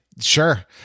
Sure